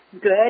Good